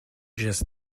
just